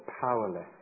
powerless